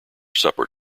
supper